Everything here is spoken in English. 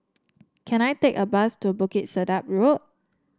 can I take a bus to Bukit Sedap Road